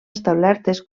establertes